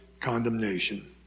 condemnation